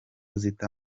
zita